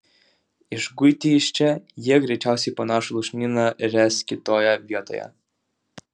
išguiti iš čia jie greičiausiai panašų lūšnyną ręs kitoje vietoje